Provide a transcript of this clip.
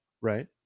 Right